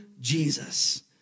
Jesus